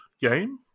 game